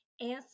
answer